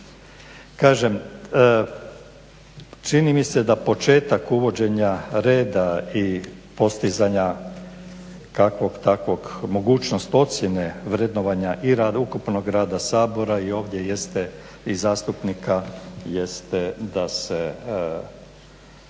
Kažem, čini mi se da početak uvođenja reda i postizanja kakvog takvog mogućnost ocjene vrednovanja i ukupnog rada Sabora i zastupnika jeste da se